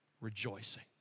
rejoicing